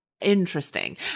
interesting